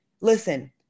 Listen